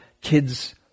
kids